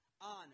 on